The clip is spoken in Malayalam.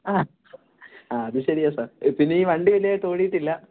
ആ അത് ശരിയാണ് സാർ പിന്നെ ഈ വണ്ടി വലുതായിട്ട് ഓടിയിട്ടില്ല